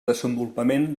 desenvolupament